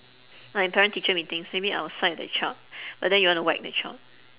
like in parent teacher meetings maybe I will side the child but then you wanna whack the child